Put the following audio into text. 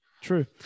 True